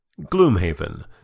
Gloomhaven